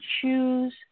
choose